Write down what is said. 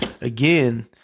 again